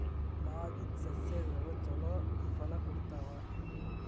ಮಾಗಿದ್ ಸಸ್ಯಗಳು ಛಲೋ ಫಲ ಕೊಡ್ತಾವಾ?